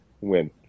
Win